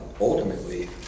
ultimately